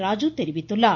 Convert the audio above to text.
ராஜு தெரிவித்துள்ளார்